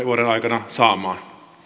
vuoden aikana saamaan